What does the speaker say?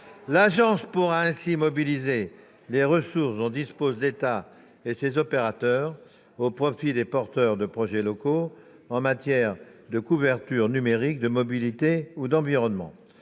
L'agence pourra ainsi mobiliser les ressources dont disposent l'État et les opérateurs au profit des porteurs de projets locaux en matière de couverture numérique, de mobilité ou d'environnement.